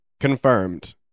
confirmed